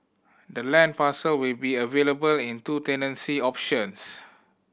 the land parcel will be available in two tenancy options